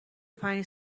پنج